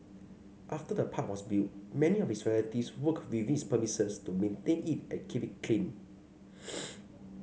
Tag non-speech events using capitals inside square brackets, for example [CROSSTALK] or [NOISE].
after the park was built many of his relatives worked within its premises to maintain it and keep it clean [NOISE]